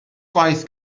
gwaith